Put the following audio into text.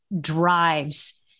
drives